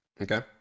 Okay